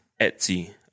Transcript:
Etsy